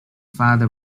father